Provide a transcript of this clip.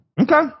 Okay